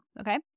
okay